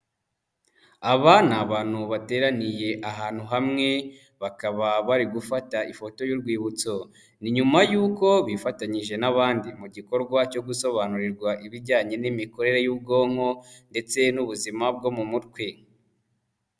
Aba ni abantu bateraniye ahantu hamwe, bakaba bari gufata ifoto y'urwibutso, ni nyuma y'uko bifatanyije n'abandi mu gikorwa cyo gusobanurirwa ibijyanye n'imikorere y'ubwonko ndetse n'ubuzima bwo mu mutwe.